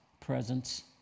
presence